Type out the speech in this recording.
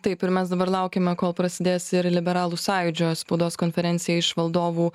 taip ir mes dabar laukiame kol prasidės ir liberalų sąjūdžio spaudos konferencija iš valdovų